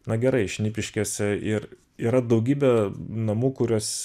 na gerai šnipiškėse ir yra daugybė namų kuriuos